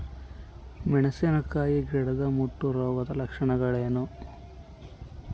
ಮೆಣಸಿನಕಾಯಿ ಗಿಡದ ಮುಟ್ಟು ರೋಗದ ಲಕ್ಷಣಗಳೇನು?